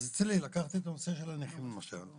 אז אצלי לקחתי את הנושא של הנכים למשל.